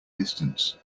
distance